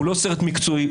הוא לא סרט מקצועי,